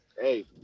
Hey